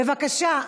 בבקשה,